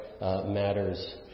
Matters